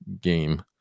game